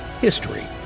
history